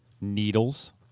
needles